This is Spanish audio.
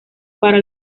para